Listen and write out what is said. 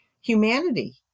humanity